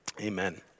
Amen